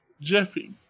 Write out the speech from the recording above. Jeffy